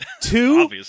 Two